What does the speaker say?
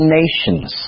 nations